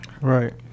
Right